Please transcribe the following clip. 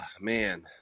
man